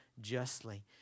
justly